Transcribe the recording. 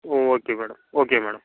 okay madam okay madam